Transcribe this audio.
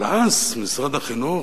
אבל אז משרד החינוך,